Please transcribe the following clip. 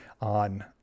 on